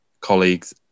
colleagues